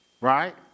right